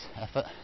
effort